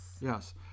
Yes